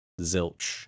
zilch